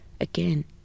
again